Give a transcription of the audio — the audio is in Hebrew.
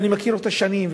ואני מכיר אותה שנים,